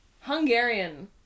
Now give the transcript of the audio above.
Hungarian